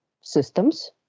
systems